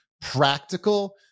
practical